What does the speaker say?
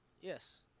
Yes